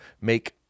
make